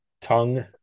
tongue